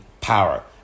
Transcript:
power